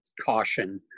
caution